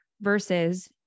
versus